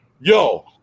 Yo